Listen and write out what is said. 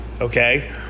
Okay